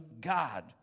God